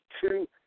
two